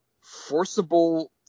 forcible